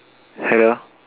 hello